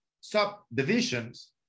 subdivisions